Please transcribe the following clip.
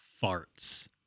fart's